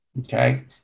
Okay